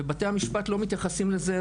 ובתי המשפט לא מתייחסים לזה,